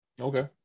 okay